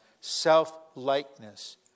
self-likeness